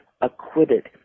acquitted